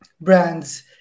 brands